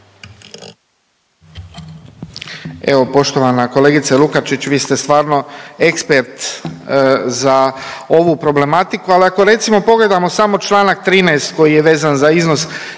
Evo, poštovana kolegice Lukačić, vi ste stvarno ekspert za ovu problematiku, ali ako, recimo, pogledamo samo čl. 13 koji je vezan za iznos